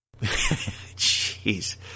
Jeez